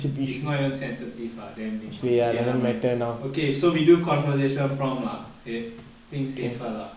it's not even sensitive ah then okay never mind okay so we do conversation prompt ah okay think safer lah